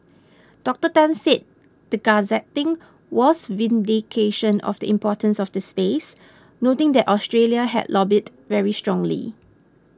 Doctor Tan said the gazetting was vindication of the importance of the space noting that Australia had lobbied very strongly